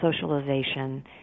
socialization